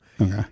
okay